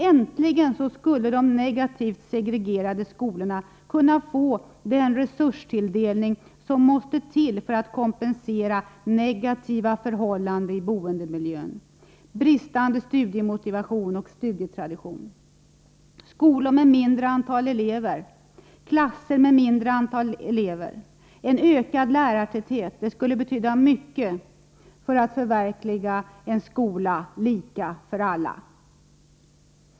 Äntligen skulle de negativt segregerade skolorna kunna få den resurstilldelning som måste till för att kompensera negativa förhållanden i boendemiljön, bristande studiemotivation och otillräcklig studietradition. Skolor och klasser med ett lägre antal elever samt en ökad lärartäthet skulle betyda mycket för att förverkliga en skola som är lika för alla.